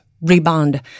rebound